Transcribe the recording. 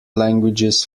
languages